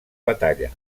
batalla